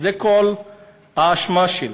זה כל האשמה שלה.